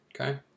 Okay